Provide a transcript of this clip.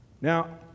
Now